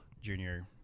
junior